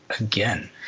again